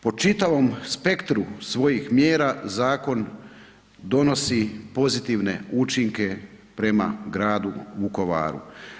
Po čitavom spektru svojih mjera zakon donosi pozitivne učinke prema gradu Vukovaru.